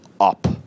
up